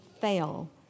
fail